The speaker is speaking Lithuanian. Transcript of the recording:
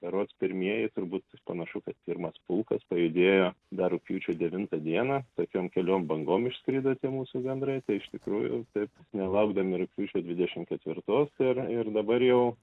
berods pirmieji turbūt panašu kad pirmas pulkas pajudėjo dar rugpjūčio devintą dieną tokiom keliom bangom išskrido tie mūsų gandrai tai iš tikrųjų taip nelaukdami rugpjūčio dvidešim ketvirtos ir ir dabar jau